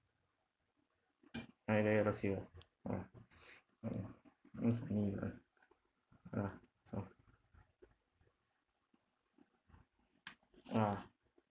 ah ya ya last year ah uh mm uh funny lah ah so ah